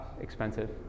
expensive